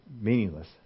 meaningless